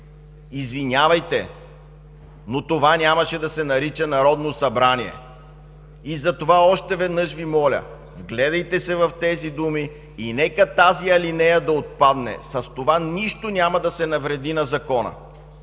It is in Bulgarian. извинявайте, но това нямаше да се нарича „Народно събрание”. Затова още веднъж Ви моля: вгледайте се в тези думи и нека алинеята да отпадне. С това нищо няма да се навреди на Закона,